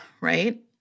right